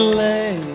lay